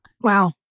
Wow